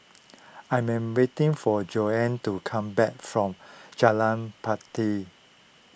I am waiting for Jonna to come back from Jalan Batai